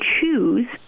choose